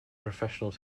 professional